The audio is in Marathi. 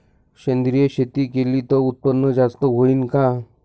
सेंद्रिय शेती केली त उत्पन्न जास्त होईन का?